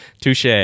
Touche